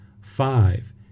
Five